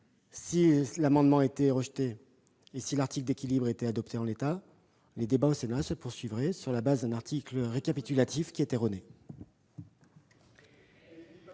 si l'amendement était rejeté et si l'article d'équilibre était adopté en l'état, les débats au Sénat se poursuivraient sur la base d'un article récapitulatif qui serait erroné.